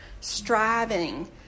striving